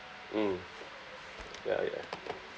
mm ya ya